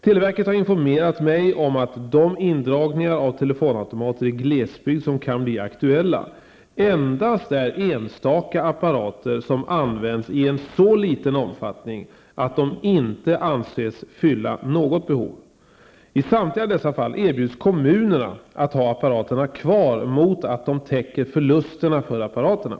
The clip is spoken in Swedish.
Televerket har informerat mig om att de indragningar av telefonautomater i glesbygd som kan bli aktuella endast gäller enstaka apparater som används i en så liten omfattning att de inte anses fylla något behov. I samtliga dessa fall erbjuds kommunerna att ha apparaterna kvar mot att de täcker förlusterna för apparaterna.